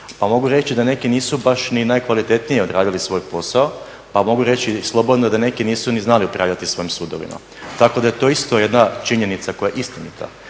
Pa mogu reći da neki nisu baš ni najkvalitetnije odradili svoj posao, pa mogu reći slobodno da neki nisu ni znali upravljati svojim sudovima, tako da je to isto jedna činjenica koja je istinita.